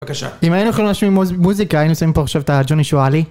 בבקשה. אם היינו יכולים משהו עם מוזיקה, היינו שמים פה עכשיו את ג'וני שועלי.